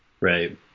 Right